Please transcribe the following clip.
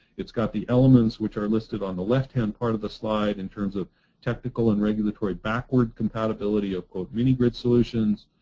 it's got the elements, which are listed on the left hand part of the slide in terms of technical and regulatory backwards compatibility of of mini-grid solutions,